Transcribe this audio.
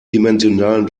dimensionalen